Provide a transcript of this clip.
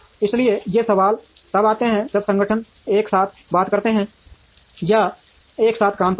इसलिए ये सवाल तब आते हैं जब संगठन एक साथ बात करते हैं या एक साथ काम करते हैं